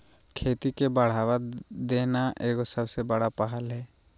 खेती के बढ़ावा देना एगो सबसे बड़ा पहल हइ